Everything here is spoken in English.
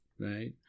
right